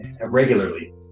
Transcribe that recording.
regularly